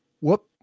Whoop